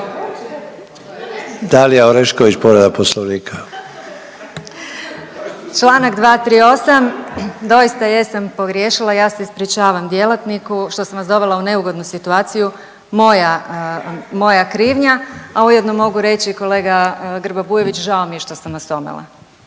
Dalija (Stranka s imenom i prezimenom)** Članak 238. doista jesam pogriješila, ja se ispričavam djelatniku što sam vas dovela u neugodnu situaciju, moja krivnja a ujedno mogu reći kolega Grba Bujević žao mi je što sam vas omela.